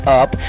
up